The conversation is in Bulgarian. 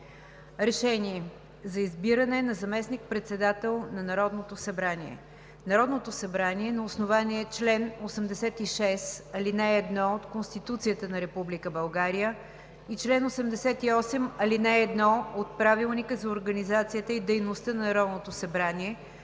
РЕШЕНИЕ за избиране на заместник-председател на Народното събрание Народното събрание на основание чл. 86, ал. 1 от Конституцията на Република България и чл. 88, ал. 1 от Правилника за организацията и дейността на Народното събрание